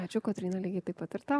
ačiū kotryna lygiai taip pat ir tau